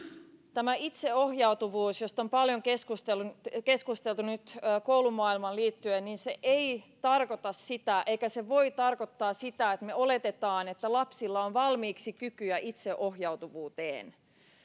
tämä itseohjautuvuus josta on paljon keskusteltu nyt koulumaailmaan liittyen ei tarkoita sitä eikä se voi tarkoittaa sitä että me oletamme että lapsilla on valmiiksi kykyä itseohjautuvuuteen